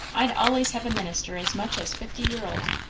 i'd allays have a minister as much as fifty year old.